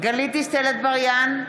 גלית דיסטל אטבריאן,